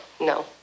no